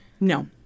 No